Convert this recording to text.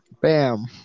bam